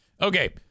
Okay